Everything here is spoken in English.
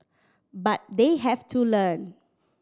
but they have to learn